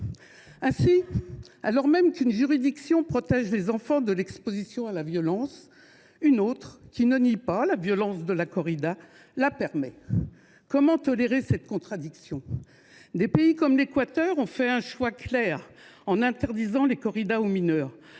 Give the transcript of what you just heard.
insiste, alors qu’une disposition protège les enfants de l’exposition à la violence, une autre, qui ne réfute pas la violence de la corrida, la permet. Comment accepter cette contradiction ? D’autres pays, comme l’Équateur, ont fait un choix clair en interdisant les corridas aux mineurs,